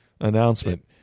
announcement